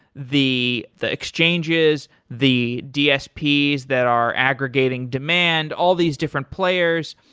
the the exchanges, the dsps that are aggregating demand, all these different players.